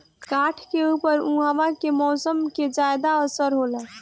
काठ के ऊपर उहाँ के मौसम के ज्यादा असर होला